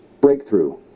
breakthrough